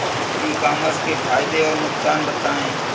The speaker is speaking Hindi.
ई कॉमर्स के फायदे और नुकसान बताएँ?